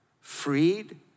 freed